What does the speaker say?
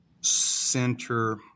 center